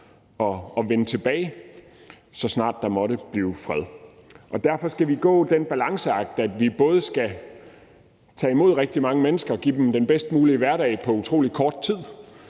at vende tilbage, så snart der måtte blive fred. Derfor er der den balanceakt, at vi skal tage imod rigtig mange mennesker og give dem den bedst mulige hverdag på utrolig kort tid,